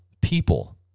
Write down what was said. people